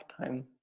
time